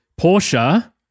Porsche